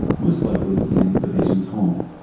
most likely in the patient's home.